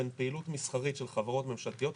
בין פעילות מסחרית של חברות ממשלתיות,